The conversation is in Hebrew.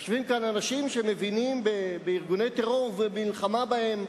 יושבים כאן אנשים שמבינים בארגוני טרור ובמלחמה בהם,